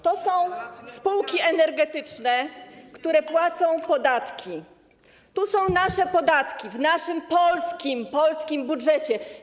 To są spółki energetyczne, które płacą podatki, tu są nasze podatki, w naszym polskim budżecie.